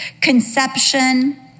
Conception